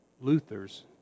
Luther's